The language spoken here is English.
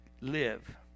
live